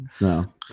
no